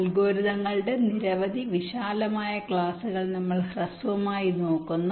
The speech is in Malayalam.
അൽഗോരിതങ്ങളുടെ നിരവധി വിശാലമായ ക്ലാസുകൾ നമ്മൾ ഹ്രസ്വമായി നോക്കുന്നു